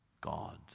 God